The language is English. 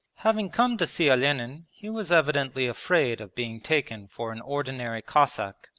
having come to see olenin he was evidently afraid of being taken for an ordinary cossack,